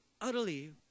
utterly